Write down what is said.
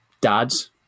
dads